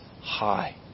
high